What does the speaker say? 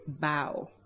Bow